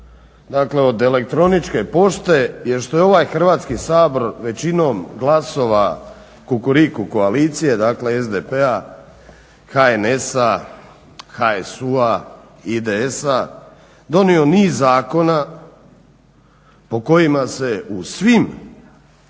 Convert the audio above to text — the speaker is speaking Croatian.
dakle od elektroničke pošte je što je ovaj Hrvatski sabor većinom glasova Kukuriku koalicije, dakle SDP-a, HNS-a, HSU-a, IDS-a donio niz zakona po kojima se u svim,